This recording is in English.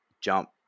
jump